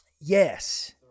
Yes